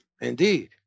Indeed